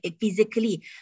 physically